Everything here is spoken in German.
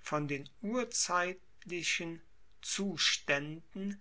von den urzeitlichen zustaenden